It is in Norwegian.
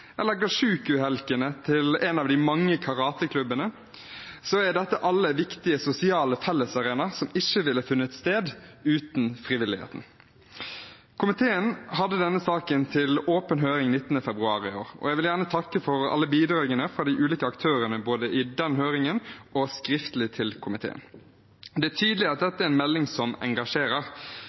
til en av de mange karateklubbene, er alt dette viktige sosiale fellesarenaer som ikke ville funnet sted uten frivilligheten. Komiteen hadde denne saken til åpen høring 19. februar i år, og jeg vil gjerne takke for alle bidragene fra de ulike aktørene både i den høringen og skriftlig til komiteen. Det er tydelig at dette er en melding som engasjerer.